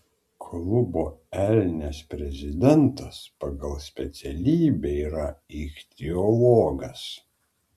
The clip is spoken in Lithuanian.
klubo elnias prezidentas pagal specialybę yra ichtiologas